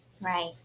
Right